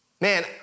Man